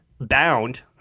bound